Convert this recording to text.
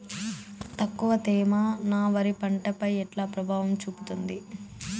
తక్కువ తేమ నా వరి పంట పై ఎట్లా ప్రభావం చూపిస్తుంది?